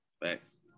thanks